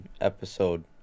episode